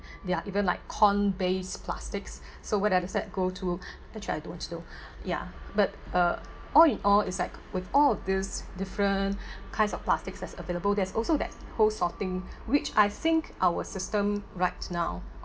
there are even like corn based plastics so what are the set go to actually I don't know ya but uh all in all is like with all of these different kinds of plastics as available there's also that whole of thing which I think our system right now